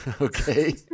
Okay